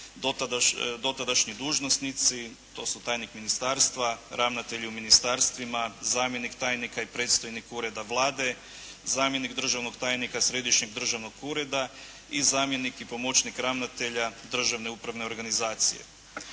dotadašnji dužnosnici to su tajnik ministarstva, ravnatelj u ministarstvima, zamjenik tajnika i predstojnik ureda Vlade, zamjenik državnog tajnika Središnjeg državnog ureda i zamjenik i pomoćnik ravnatelja državne upravne organizacije.